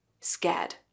scared